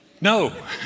No